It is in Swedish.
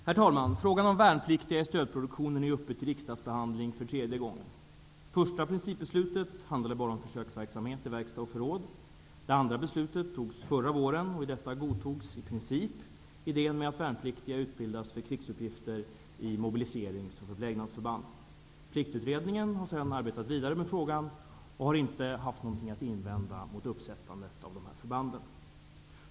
Herr talman! Frågan om värnpliktiga i stödproduktion är nu uppe till riksdagsbehandling för tredje gången. Första principbeslutet handlade bara om försöksverksamhet i verkstad och förråd. Det andra beslutet fattades förra våren, och i detta godtogs i princip idén med att värnpliktiga utbildas för krigsuppgifter i mobiliserings och förplägnadsförband. Pliktutredningen har sedan arbetat vidare med frågan och har inte haft något att invända mot uppsättandet av dessa förband.